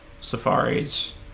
safaris